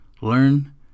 learn